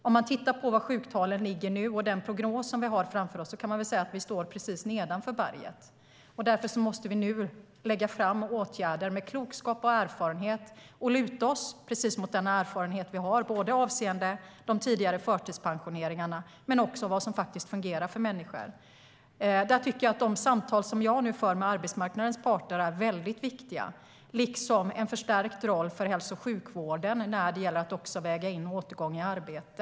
Om vi tittar på sjuktalen nu och prognosen vi har framför oss, kan vi säga att vi står precis nedanför berget. Därför måste vi nu lägga fram förslag till åtgärder med klokskap och luta oss mot den erfarenhet som finns avseende de tidiga förtidspensioneringarna och vad som fungerar för människor. De samtal jag nu för med arbetsmarknadens parter är viktiga, liksom en förstärkt roll för hälso och sjukvården för att väga in återgång i arbete.